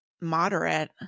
moderate